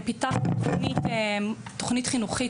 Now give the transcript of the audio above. פיתחנו תוכנית חינוכית,